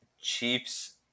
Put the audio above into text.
chiefs